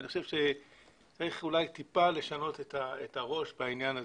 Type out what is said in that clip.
אני חושב שצריך אולי טיפה לשנות את הראש בעניין הזה.